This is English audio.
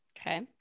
Okay